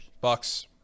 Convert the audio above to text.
Bucks